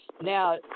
Now